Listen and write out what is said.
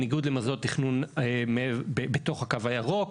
בניגוד למוסדות תכנון בתוך הקו הירוק.